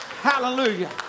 Hallelujah